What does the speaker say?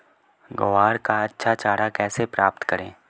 ग्वार का अच्छा चारा कैसे प्राप्त करें?